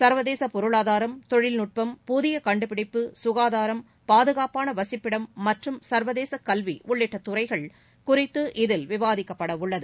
சர்வதேச பொருளாதாரம் தொழில்நுட்பம் புதிய கண்டுபிடிப்பு ககாதாரம் பாதுகாப்பான வசிப்பிடம் மற்றும் சர்வதேச கல்வி உள்ளிட்ட துறைகள் குறித்து இதில் விவாதிக்கப்படவுள்ளது